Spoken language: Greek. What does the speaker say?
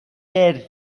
έρθει